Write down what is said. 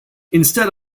instead